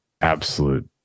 absolute